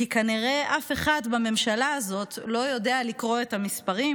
כי כנראה אף אחד בממשלה הזאת לא יודע לקרוא את המספרים